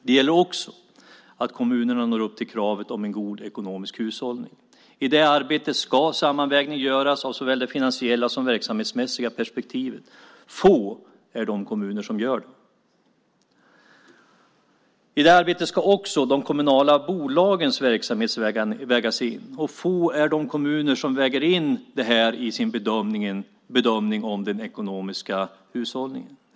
Det gäller också att kommunerna når upp till kravet på en god ekonomisk hushållning. I det arbetet ska en sammanvägning göras av såväl det finansiella som det verksamhetsmässiga perspektivet. Få är de kommuner som gör det. I det arbetet ska också de kommunala bolagens verksamhet vägas in. Få är de kommuner som väger in det här i sin bedömning av den ekonomiska hushållningen.